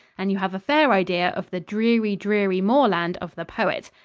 and you have a fair idea of the dreary, dreary moorland of the poet.